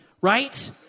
right